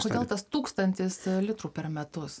kodėl tas tūkstantis litrų per metus